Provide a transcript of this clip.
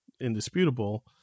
indisputable